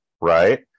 right